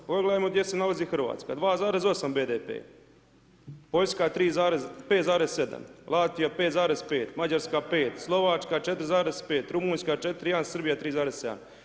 Pogledajmo gdje se nalazi Hrvatska 2,8 BDP, Poljska 3, 5,7, Latvija 5,5, Mađarska 5, Slovačka 4,5, Rumunjska 4,1, Srbija 3,7.